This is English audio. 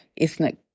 ethnic